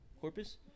corpus